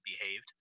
behaved